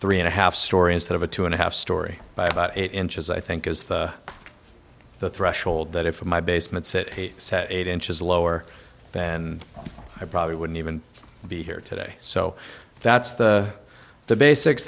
three and a half story instead of a two and a half story by about eight inches i think is the the threshold that if my basement sit eight inches lower than i probably wouldn't even be here today so that's the the basics